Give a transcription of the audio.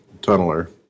tunneler